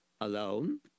alone